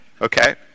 Okay